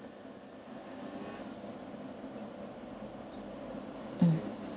uh